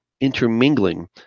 intermingling